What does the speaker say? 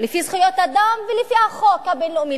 לפי זכויות אדם ולפי החוק הבין-לאומי,